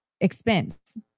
expense